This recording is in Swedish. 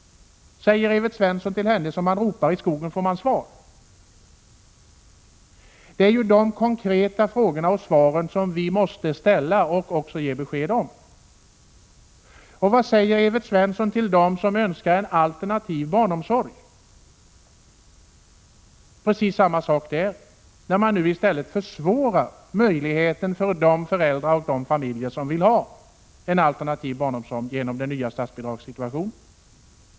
Säger Evert Svensson till henne: Som man ropar i skogen får man svar? Det är dessa konkreta frågor som vi måste ställa och även ge besked om. Vad säger Evert Svensson till dem som önskar en alternativ barnomsorg? Det är precis samma sak där. Genom den nya statsbidragssituationen försvårar man i stället möjligheten för de föräldrar och de familjer som vill ha en alternativ barnomsorg.